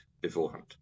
beforehand